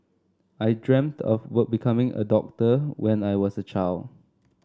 I dreamt of what becoming a doctor when I was a child